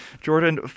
Jordan